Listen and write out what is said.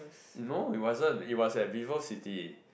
no it wasn't it was at Vivo-City